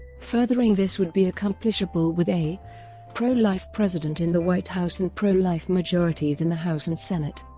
furthering this would be accomplishable with a pro-life president in the white house and pro-life majorities in the house and senate.